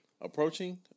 Approaching